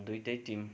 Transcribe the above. दुइटै टिम